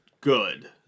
good